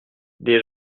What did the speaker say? des